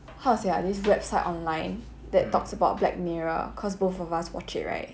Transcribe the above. how to say like this website online that talks about black mirror cause both of us watch it right